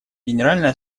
генеральная